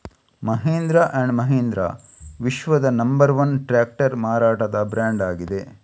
Mahindra and Mahindra ವಿಶ್ವದ number one tractor ಮಾರಾಟದ brand ಆಗಿದೆ